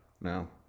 No